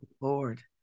Lord